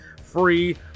free